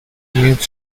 immune